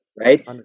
right